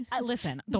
listen